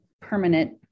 permanent